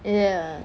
ya